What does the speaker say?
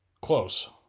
close